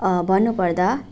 भन्नु पर्दा